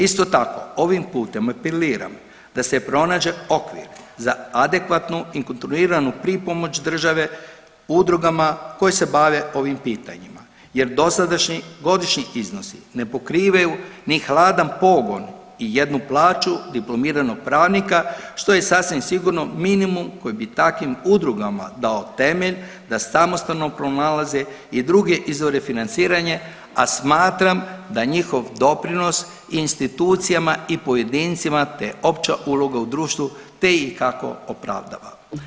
Isto tako ovim putem apeliram da se pronađe okvir za adekvatnu … pripomoć države udrugama koje se bave ovim pitanjima jer dosadašnji godišnji iznosi ne pokrivaju ni hladan pogon i jednu plaću diplomiranog pravnika što je sasvim sigurno minimum koji bi takvim udrugama dao temelj da samostalno pronalaze i druge izvore financiranja, a smatram da njihov doprinos institucijama i pojedincima te opća uloga u društvu te ikako opravdava.